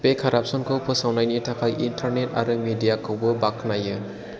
बे कारापसनखौ फोसावनायनि थाखाय इन्टारनेट आरो मिडियाखौबो बाखनायो